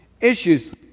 issues